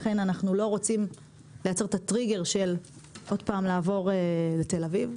לכן אנחנו לא רוצים לייצר את הטריגר של עוד פעם לעבור לתל אביב.